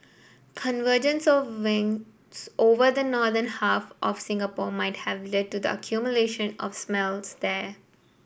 convergence of winds over the northern half of Singapore might have led to the accumulation of smells there